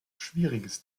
schwieriges